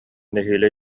нэһиилэ